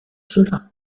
cela